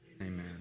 Amen